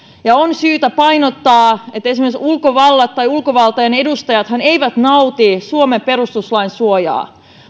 on syytä painottaa että esimerkiksi ulkovaltojen edustajathan eivät nauti suomen perustuslain suojaa